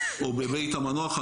או בבית המנוח,